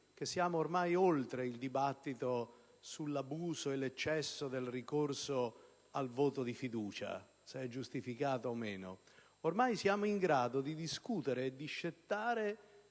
che siamo ormai oltre il dibattito sull'abuso e l'eccesso del ricorso al voto di fiducia, se è giustificato o no. Ormai siamo in grado di discutere e discettare